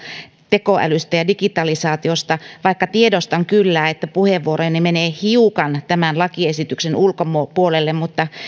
tekoälystä ja digitalisaatiosta vaikka tiedostan kyllä että puheenvuoroni menee hiukan tämän lakiesityksen ulkopuolelle mutta koska